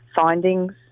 findings